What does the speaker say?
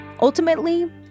Ultimately